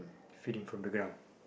feeding from the ground